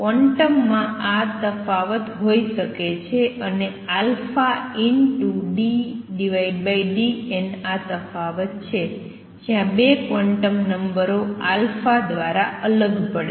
quantum માં આ તફાવત હોઈ શકે છે અને ddn આ તફાવત છે જ્યાં 2 ક્વોન્ટમ નંબરો દ્વારા અલગ પડે છે